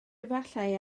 efallai